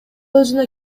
өзүнө